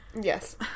yes